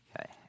Okay